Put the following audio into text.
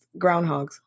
groundhogs